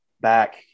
back